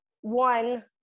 one